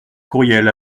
courriel